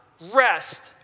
rest